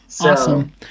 Awesome